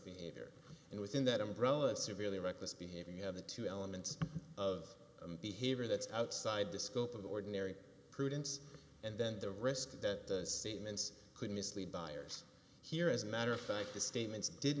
behavior and within that umbrella severely reckless behavior you have the two elements of behavior that's outside the scope of the ordinary prudence and then the risk that statements could mislead buyers here as a matter of fact the statements did